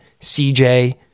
CJ